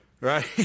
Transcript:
Right